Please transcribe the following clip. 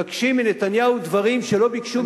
מבקשים מנתניהו דברים שלא ביקשו משום ראש ממשלה קודם.